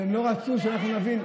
כשהם לא רצו שאנחנו נבין,